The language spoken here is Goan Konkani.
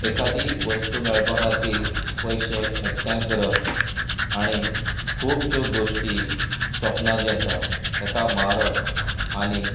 एकादी वस्तू मेळपा खातीर पयशें एकठांय करप आनी खूबश्यों गोश्टी सपनां जी आसा तेका मारप आनी